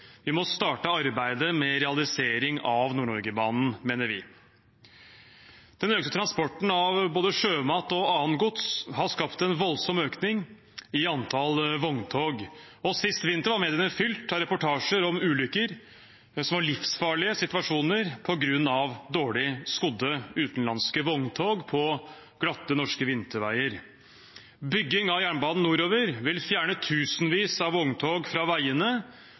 Vi må starte arbeidet med realisering av Nord-Norge-banen, mener vi. Den økte transporten av både sjømat og annet gods har skapt en voldsom økning i antall vogntog. Sist vinter var mediene fylt av reportasjer om ulykker – det som var livsfarlige situasjoner på grunn av dårlig skodde utenlandske vogntog på glatte norske vinterveier. Bygging av jernbanen nordover vil fjerne tusenvis av vogntog fra veiene,